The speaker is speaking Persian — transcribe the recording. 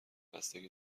بستگی